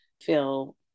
feel